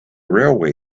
railway